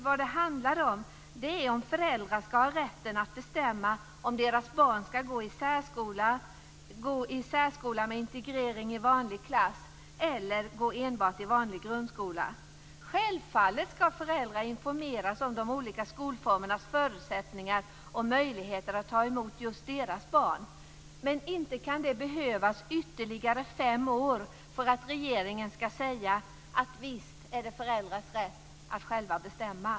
Vad det handlar om är om föräldrar ska ha rätten att bestämma om deras barn ska gå i särskola, särskola med integrering i vanlig klass eller enbart i vanlig grundskola. Självfallet ska föräldrar informeras om de olika skolformernas förutsättningar och möjligheter att ta emot just deras barn, men inte kan det behövas ytterligare fem år för att regeringen ska säga att visst är det föräldrars rätt att själva bestämma.